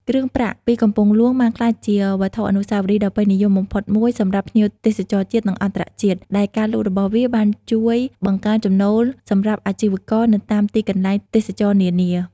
គ្រឿងប្រាក់ពីកំពង់ហ្លួងបានក្លាយជាវត្ថុអនុស្សាវរីយ៍ដ៏ពេញនិយមបំផុតមួយសម្រាប់ភ្ញៀវទេសចរណ៍ជាតិ និងអន្តរជាតិ ដែលការលក់របស់វាបានជួយបង្កើនចំណូលសម្រាប់អាជីវករនៅតាមទីកន្លែងទេសចរណ៍នានា។